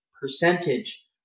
percentage